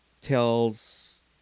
tells